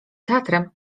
teatrem